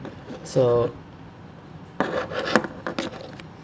so